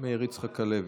מאיר יצחק הלוי.